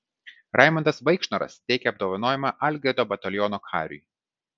raimundas vaikšnoras teikia apdovanojimą algirdo bataliono kariui